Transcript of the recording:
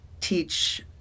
teach